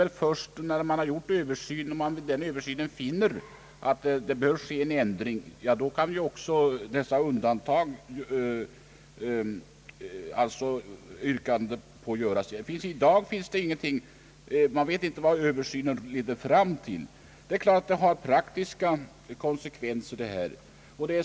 Det är först när man har gjort en översyn och av den finner att det bör ske en ändring som yrkanden på undantag kan få göras. Man vet inte i dag vad en översyn på detta område leder fram till. Det är klart att det dubbla medborgarskapet har sina praktiska konsekvenser.